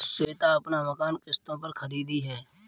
श्वेता अपना मकान किश्तों पर खरीदी है